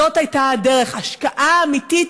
זאת הייתה הדרך: השקעה אמיתית,